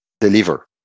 deliver